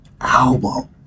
album